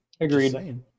Agreed